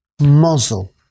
muzzle